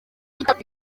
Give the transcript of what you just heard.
itapi